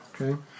Okay